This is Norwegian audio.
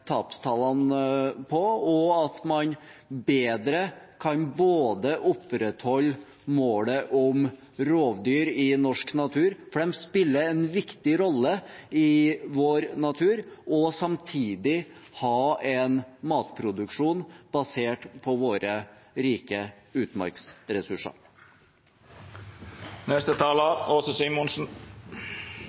tapstallene på, og at man bedre kan både opprettholde målet om rovdyr i norsk natur – for de spiller en viktig rolle i vår natur – og ha en matproduksjon basert på våre rike